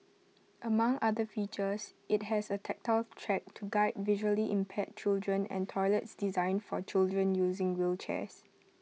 among other features IT has A tactile track to guide visually impaired children and toilets designed for children using wheelchairs